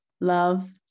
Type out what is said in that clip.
Love